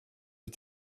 des